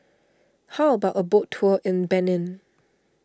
how about a boat tour in Benin